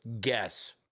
guess